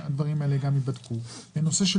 העולם של